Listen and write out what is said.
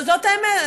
זאת האמת.